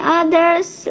others